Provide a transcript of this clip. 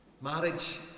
marriage